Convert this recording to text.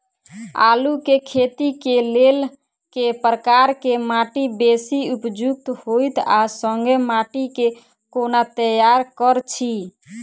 आलु केँ खेती केँ लेल केँ प्रकार केँ माटि बेसी उपयुक्त होइत आ संगे माटि केँ कोना तैयार करऽ छी?